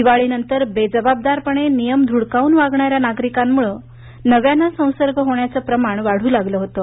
दिवाळीनंतर बेजबाबदारपणे नियम ध्डकावून वागणार्या नागरिकांमुळे नव्यानं संसर्ग होण्याचं प्रमाण वाढू लागलं होतं